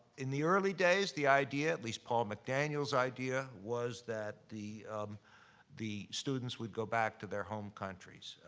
in the early days, the idea, at least paul mcdaniel's idea, was that the the students would go back to their home countries.